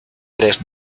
tres